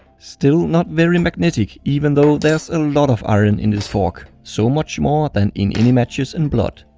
still not very magnetic even though there's a lot of iron in this fork. so much more than in any matches and blood.